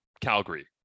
Calgary